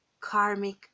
Karmic